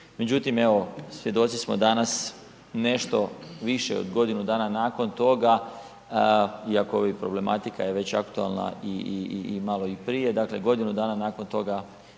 Međutim, evo svjedoci smo danas nešto više od godinu dana nakon toga iako ova problematika je već aktualna i malo i prije, dakle godinu dana nakon toga